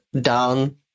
down